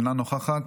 אינה נוכחת,